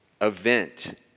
event